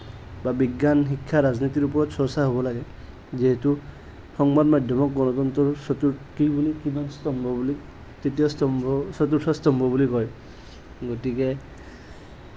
বা বিজ্ঞান শিক্ষা ৰাজনীতিৰ ওপৰত চৰ্চা হ'ব লাগে যিহেতু সংবাদ মাদ্যমক গণতন্ত্ৰৰ চতুৰ্থ স্তম্ভ বুলি কয় গতিকে